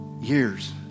years